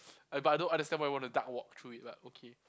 eh but I don't understand why I would want to duck walk through it but okay